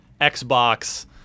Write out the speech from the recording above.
Xbox